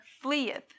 fleeth